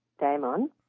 Damon